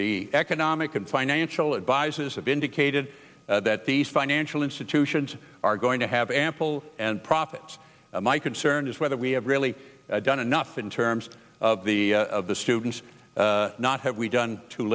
the economic and financial advisors have indicated that these financial institutions are going to have ample and profits my concern is whether we have really done enough in terms of the of the students not have we done t